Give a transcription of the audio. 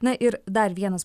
na ir dar vienas